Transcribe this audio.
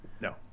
No